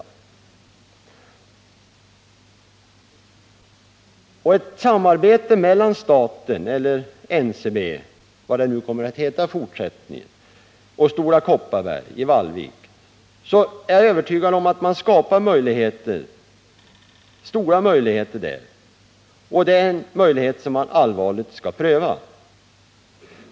Genom ett samarbete mellan staten, NCB — eller vad det kommer att heta i fortsättningen — och Stora Kopparberg i Vallvik är jag övertygad om att man skapar stora möjligheter där, och det är en utväg som man allvarligt bör pröva.